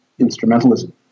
instrumentalism